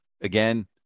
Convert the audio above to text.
again